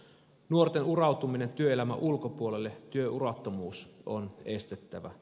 nuorten urautuminen työelämän ulkopuolelle työurattomuus on estettävä